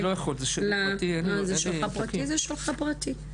אני לא יכול, זה שלי פרטי, אין לי עותקים.